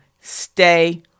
stay